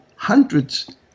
hundreds